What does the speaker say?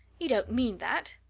you don't mean that?